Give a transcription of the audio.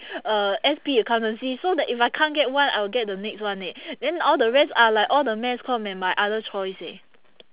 uh S_P accountancy so that if I can't get one I will get the next one leh then all the rest are like all the mass comm and my other choice eh